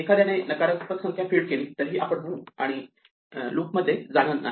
एखाद्याने नकारात्मक संख्या फीड केली तरीही आपण 1 म्हणू आणि लूपमध्ये जाणार नाही